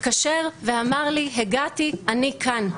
התקשר ואמר לי הגעתי, אני כאן.